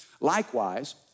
Likewise